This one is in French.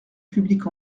publique